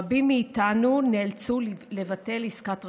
רבים מאיתנו נאלצו לבטל עסקת רכישה.